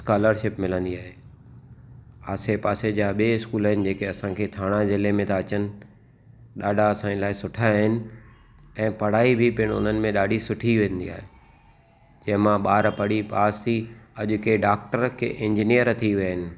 scholarship मिलन्दी आहे आसे पासे जा ॿिए स्कूल आहिनि जेके असांजे थाणा जिले में ता अचनि ॾाढा असांजे लाइ सुठा आहिनि ऐं पढ़ाई बि पिणु उन्हनि में ॾाढी सुठी वेंदी आहे जीअं मां ॿार पढ़ी पास थी अॼु के डॉक्टर के इंजीनियर थी विया आहिनि